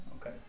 Okay